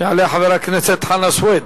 יעלה חבר הכנסת חנא סוייד.